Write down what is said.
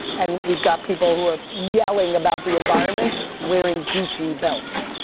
and we've got people who are yelling about the environment wearing gucci belts.